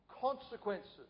consequences